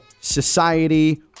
society